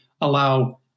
allow